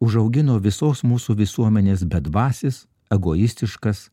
užaugino visos mūsų visuomenės bedvasis egoistiškas